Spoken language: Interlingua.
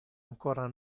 ancora